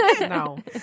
No